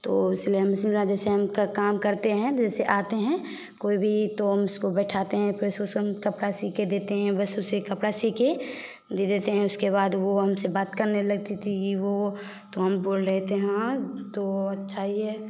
तो सिलाई मशीन राधे श्याम का काम करते हैं जैसे आते हैं कोई भी तो हम उसको बिठाते हैं फ़िर उसको हम कपड़ा सीके देते हैं बस उसे कपड़ा सीकर दे देते हैं उसके बाद वह हमसे बात करने लगती थी कि यह वह वह तो हम बोल रहे थे हाँ तो अच्छा ही है